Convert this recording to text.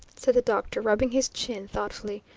said the doctor, rubbing his chin thoughtfully.